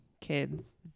kids